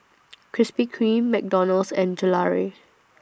Krispy Kreme McDonald's and Gelare